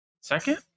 Second